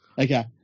Okay